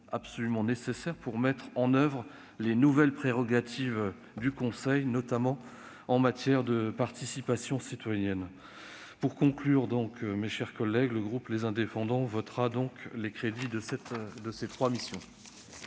absolument nécessaires pour mettre en oeuvre ses nouvelles prérogatives, notamment en matière de participation citoyenne. Pour ces raisons, le groupe Les Indépendants votera les crédits de ces trois missions.